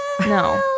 No